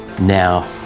Now